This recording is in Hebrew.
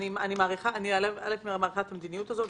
אני מעריכה את המדיניות הזאת.